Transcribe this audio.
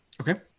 okay